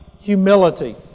humility